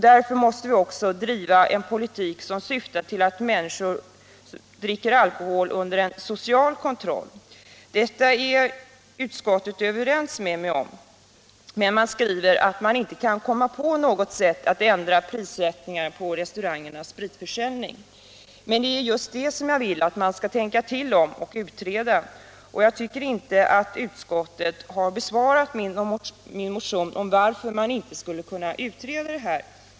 Därför måste vi driva en politik som syftar till att människor dricker alkohol under en social kontroll. Detta är utskottet överens med mig om. Men man skriver att man inte kan komma på något sätt att ändra prissättningen på restaurangernas spritförsäljning. Det är just det jag vill att man skall tänka till om och utreda. Jag tycker inte att utskottet har besvarat min motion om att man skulle kunna utreda detta.